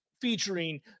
featuring